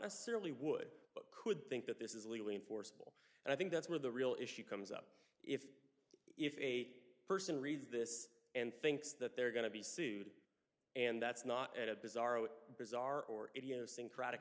necessarily would could think that this is legally enforceable and i think that's where the real issue comes up if if eight person reads this and thinks that they're going to be sued and that's not at a bizzarro bizarre or idiosyncratic